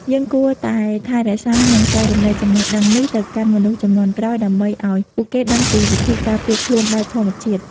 យើងគួរតែថែរក្សានិងចែករំលែកចំណេះដឹងនេះទៅកាន់មនុស្សជំនាន់ក្រោយដើម្បីឱ្យពួកគេដឹងពីវិធីការពារខ្លួនបែបធម្មជាតិ។